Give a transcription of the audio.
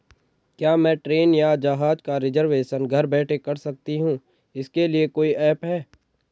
क्या मैं ट्रेन या जहाज़ का रिजर्वेशन घर बैठे कर सकती हूँ इसके लिए कोई ऐप है?